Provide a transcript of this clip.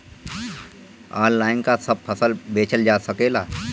Online का सब फसल बेचल जा सकेला?